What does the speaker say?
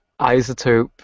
Isotope